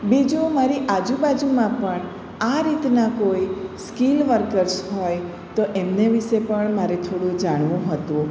બીજું મારી આજુબાજુમાં પણ આ રીતના કોઈ સ્કિલ વર્કર્સ હોય તો એમને વિશે પણ મારે થોડું જાણવું હતું